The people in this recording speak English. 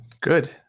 good